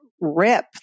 rip